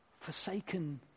forsaken